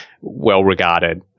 well-regarded